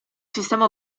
sistema